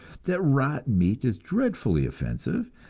that rotten meat is dreadfully offensive,